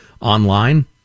online